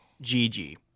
Gigi